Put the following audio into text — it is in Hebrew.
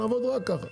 נעבוד רק ככה.